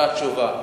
זאת התשובה.